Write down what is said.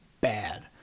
bad